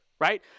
right